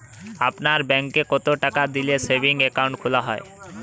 আপনার ব্যাংকে কতো টাকা দিয়ে সেভিংস অ্যাকাউন্ট খোলা হয়?